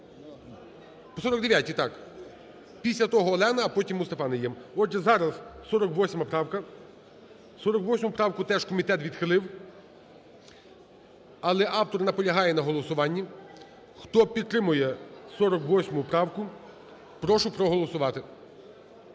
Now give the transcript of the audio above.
По 49-й, так, після того – Альона, а потім – Мустафа Найєм. Отже, зараз 48 правка. 48 правку теж комітет відхилив. Але автор наполягає на голосуванні. Хто підтримує 48 правку, прошу проголосувати.